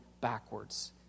backwards